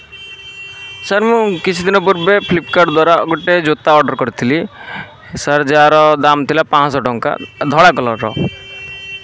sir ମୁଁ କିଛି ଦିନ ପୂର୍ବେ ଫ୍ଲିପକାର୍ଟ୍ ଦ୍ଵାରା ଗୋଟିଏ ଜୋତା ଅର୍ଡ଼ର୍ କରିଥିଲି ସାର୍ ଯାହାର ଦାମ୍ ଥିଲା ପାଞ୍ଚଶହ ଟଙ୍କା ଧଳା କଲର୍ର